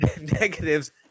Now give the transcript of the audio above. Negatives